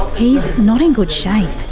he's not in good shape.